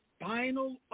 final